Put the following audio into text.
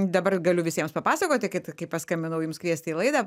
dabar galiu visiems papasakoti kad kai paskambinau jums kviesti į laidą